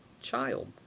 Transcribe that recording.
Child